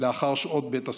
לאחר שעות בית הספר.